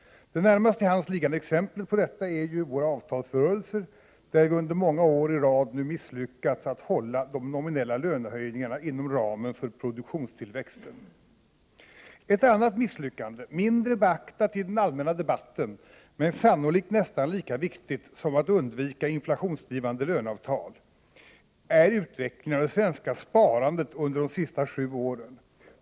Det närmast till hands liggande exemplet på detta är våra avtalsrörelser, där vi under många år i rad har misslyckats att hålla de nominella lönehöjningarna inom ramen för produktionstillväxten. Ett annat misslyckande — mindre beaktat i den allmänna debatten men sannolikt nästan lika viktigt som att undvika inflationsdrivande löneavtal — är utvecklingen av det svenska sparandet under de senaste sju åren.